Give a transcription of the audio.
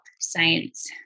science